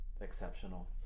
exceptional